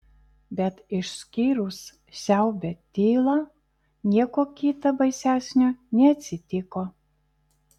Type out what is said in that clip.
bet išskyrus siaubią tylą nieko kita baisesnio neatsitiko